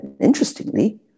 Interestingly